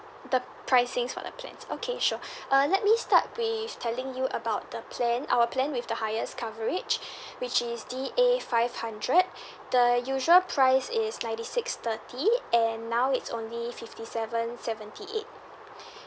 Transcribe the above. the pricings for the plans okay sure uh let me start with telling you about the plan our plan with the highest coverage which is D A five hundred the usual price is ninety six thirty and now it's only fifty seven seventy eight